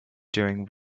during